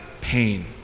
pain